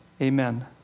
amen